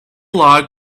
log